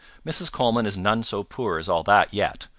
mrs. coleman is none so poor as all that yet.